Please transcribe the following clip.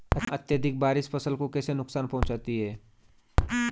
अत्यधिक बारिश फसल को कैसे नुकसान पहुंचाती है?